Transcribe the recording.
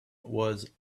was